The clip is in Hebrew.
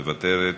מוותרת.